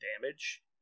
damage